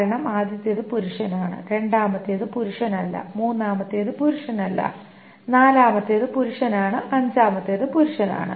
കാരണം ആദ്യത്തേത് പുരുഷനാണ് രണ്ടാമത്തേത് പുരുഷനല്ല മൂന്നാമത്തേത് പുരുഷനല്ല നാലാമത്തേത് പുരുഷനാണ് അഞ്ചാമത്തേത് പുരുഷനാണ്